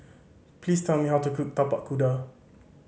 please tell me how to cook Tapak Kuda